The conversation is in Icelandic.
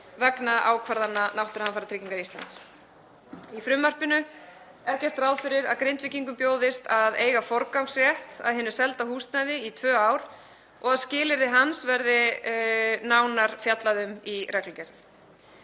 vegna ákvarðana Náttúruhamfaratryggingar Íslands. Í frumvarpinu er gert ráð fyrir að Grindvíkingum bjóðist að eiga forgangsrétt að hinu selda húsnæði í tvö ár og að skilyrði hans verði nánar fjallað um í reglugerð.